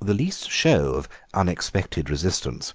the least show of unexpected resistance